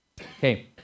Okay